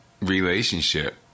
relationship